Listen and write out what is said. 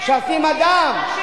משרתים אדם.